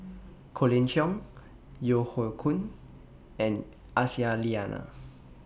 Colin Cheong Yeo Hoe Koon and Aisyah Lyana